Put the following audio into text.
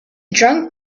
drunk